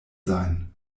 sein